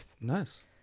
Nice